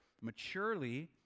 maturely